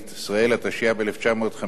התשי"ב 1952,